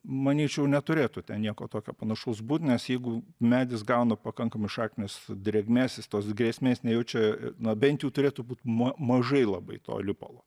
manyčiau neturėtų ten nieko tokio panašaus būt nes jeigu medis gauna pakankamai šaknys drėgmės jis tos grėsmės nejaučia na bent jau turėtų būt ma mažai labai to lipalo